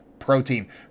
protein